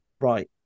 right